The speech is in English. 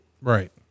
Right